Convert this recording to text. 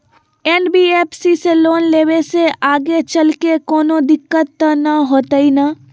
NBFC से loan लेबे से आगेचलके कौनो दिक्कत त न होतई न?